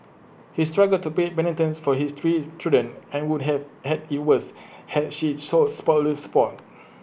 he struggled to pay maintenance for his three children and would have had IT worse had she sought spousal support